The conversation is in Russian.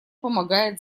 помогает